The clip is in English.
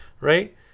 right